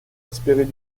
espérer